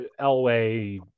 Elway